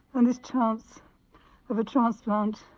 and this chance of a transplant